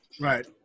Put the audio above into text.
Right